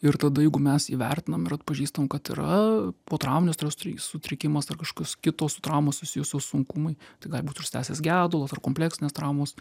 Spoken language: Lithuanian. ir tada jeigu mes įvertinam ir atpažįstam kad yra potrauminio streso sutrikimas ar kažkokios kitos su trauma susijusios sunkumai tai gali būt užsitęsęs gedulas ar kompleksinės traumos